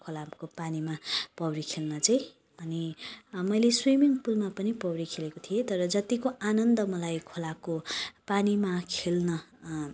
खोलाको पानीमा पौडी खेल्न चाहिँ अनि मैले स्विमिङ पुलमा पनि पौडी खेलेको थिएँ र जतिको आनन्द मलाई खोलाको पानीमा खेल्न